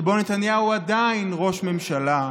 שבו נתניהו עדיין ראש ממשלה,